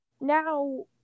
now